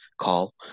call